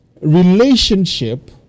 relationship